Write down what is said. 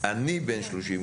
אני בן 30,